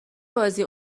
بازی